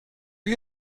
you